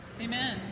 Amen